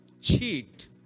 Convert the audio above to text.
cheat